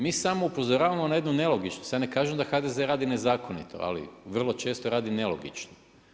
Mi samo upozoravamo na jednu nelog8ičnost, ja ne kažem da HDZ radi nezakonito, ali vrlo često radi nelogično.